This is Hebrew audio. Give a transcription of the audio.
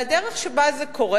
והדרך שבה זה קורה,